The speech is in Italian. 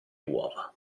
uova